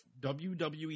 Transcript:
WWE